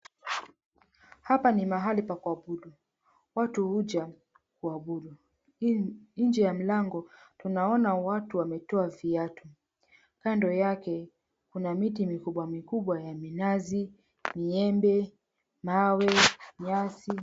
Hapa ni mahali pa kuabudu. Watu huja kuabudu. Nje ya mlango tunaona watu wametoa viatu. Kando yake kuna miti mikubwa mikubwa ya minazi, miembe, mawe, nyasi.